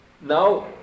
now